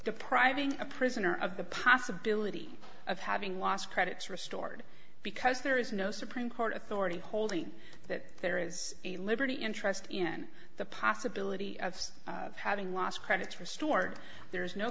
depriving a prisoner of the possibility of having lost credits restored because there is no supreme court authority holding that there is a liberty interest in the possibility of having lost credits restored there is no